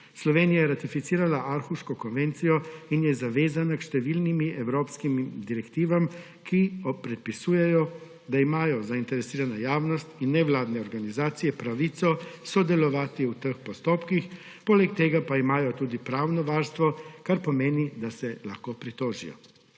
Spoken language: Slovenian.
Slovenija je ratificirala Aarhuško konvencijo in je zavezana k številnim evropskim direktivam, ki predpisujejo, da imajo zainteresirana javnost in nevladne organizacije pravico sodelovati v teh postopkih, poleg tega pa imajo tudi pravno varstvo, kar pomeni, da se lahko pritožijo.